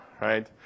right